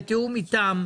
בתיאום איתם,